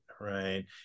right